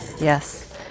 Yes